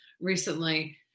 recently